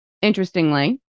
interestingly